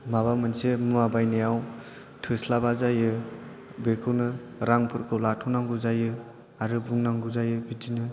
माबा मोनसे मुवा बायनायाव थोस्लाबा जायो बेखौनो रांफोरखौ लाथ'नांगौ जायो आरो बुंनांगौ जायो बिदिनो